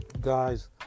guys